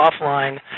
offline